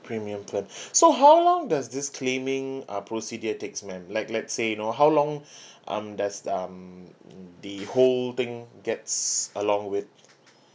premium plan so how long does this claiming uh procedure takes ma'am like let's say you know how long um does um the whole thing gets along with